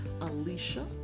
Alicia